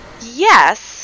Yes